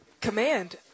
command